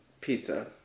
pizza